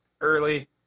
Early